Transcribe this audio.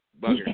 Bugger